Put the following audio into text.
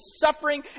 suffering